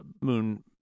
moon